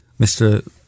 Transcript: Mr